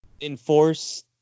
enforce